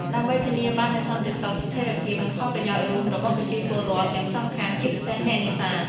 ដើម្បីធានាបាននូវសន្តិភាព ស្ថិរភាព និងផលប្រយោជន៍រួមរបស់ប្រជាពលរដ្ឋទាំងសងខាង ជាពិសេសអ្នកនេសាទ។